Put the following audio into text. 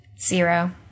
Zero